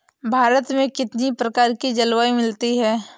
भारत में कितनी प्रकार की जलवायु मिलती है?